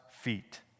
feet